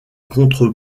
contre